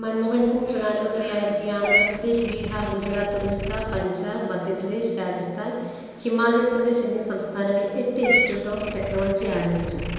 മൻമോഹൻ സിംഗ് പ്രധാനമന്ത്രിയായിരിക്കെ ആന്ധ്രാപ്രദേശ് ബീഹാർ ഗുജറാത്ത് ഒറീസ പഞ്ചാബ് മധ്യ പ്രദേശ് രാജസ്ഥാൻ ഹിമാചൽ പ്രദേശ് എന്നീ സംസ്ഥാനങ്ങളിൽ എട്ട് ഇൻസ്റ്റിറ്റ്യൂട്ട് ഓഫ് ടെക്നോളജി ആരംഭിച്ചു